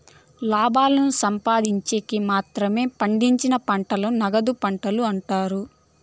లాభాలను సంపాదిన్చేకి మాత్రమే పండించిన పంటలను నగదు పంటలు అంటారు